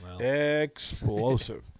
Explosive